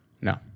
No